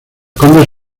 condes